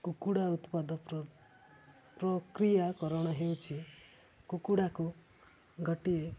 କୁକୁଡ଼ା ଉତ୍ପାଦ ପ୍ରକ୍ରିୟାକରଣ ହେଉଛି କୁକୁଡ଼ାକୁ ଗୋଟିଏ